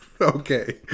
Okay